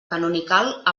canonical